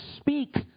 Speak